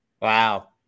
Wow